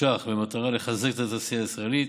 ש"ח במטרה לחזק את התעשייה הישראלית